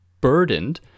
burdened